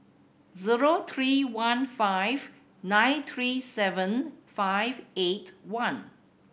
zero three one five nine three seven five eight one